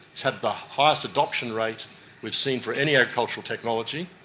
it's had the highest adoption rate we've seen for any agricultural technology.